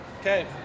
Okay